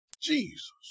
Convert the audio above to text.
jesus